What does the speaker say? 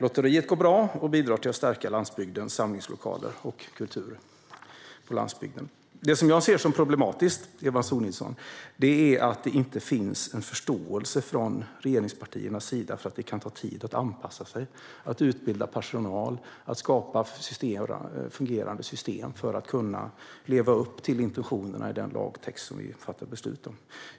Lotteriet går bra och bidrar till att stärka landsbygdens samlingslokaler och kultur. Det jag ser som problematiskt, Eva Sonidsson, är att det inte finns förståelse från regeringspartiernas sida för att det kan ta tid att anpassa sig, att utbilda personal och skapa fungerade system för att kunna leva upp till intentionerna i den lagtext som vi nu fattar beslut om.